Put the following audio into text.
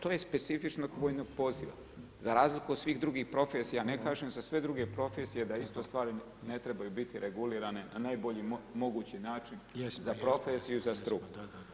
To je specifičnost vojnog poziva za razliku od svih drugih profesija, ne kažem za druge profesije da isto stvari ne trebaju biti regulirane na najbolji mogući način za profesiju i za struku.